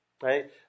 right